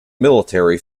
military